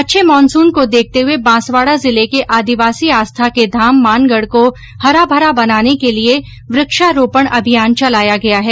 अच्छे मानसून को देखते हुए बांसवाडा जिले के आदिवासी आस्था के धाम मानगढ को हरामरा बनाने के लिये वृक्षारोपण अभियान चलाया गया है